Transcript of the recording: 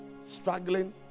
Struggling